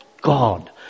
God